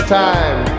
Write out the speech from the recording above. time